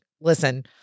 listen